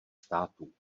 států